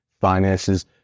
finances